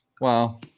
wow